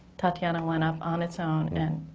tatjana went up on its own, and,